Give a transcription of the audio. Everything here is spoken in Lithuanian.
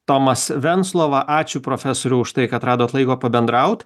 tomas venclova ačiū profesoriau už tai kad radot laiko pabendraut